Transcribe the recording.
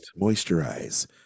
Moisturize